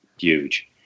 Huge